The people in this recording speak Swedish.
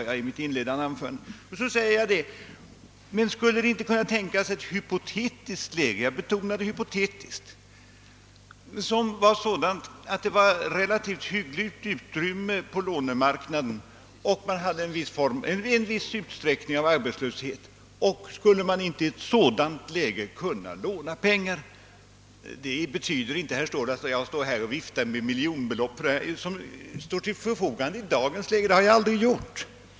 Jag frågade vidare: Men skulle det inte i ett hypotetiskt läge — jag betonade hypotetiskt — som är sådant att det finns relativt hyggligt utrymme på lånemarknaden och viss arbetslöshet på arbetsmarknaden, kunna tänkas att man lånade pengar till vägbyggande? Detta betyder inte, herr Ståhl, att jag står här och viftar med miljonbelopp som finns till förfogande i dagens läge — det har jag aldrig gjort.